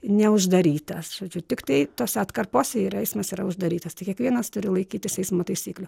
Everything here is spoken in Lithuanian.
neuždarytas žodžiu tiktai tose atkarpose ir eismas yra uždarytas tai kiekvienas turi laikytis eismo taisyklių